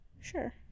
Sure